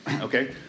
Okay